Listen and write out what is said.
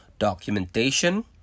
documentation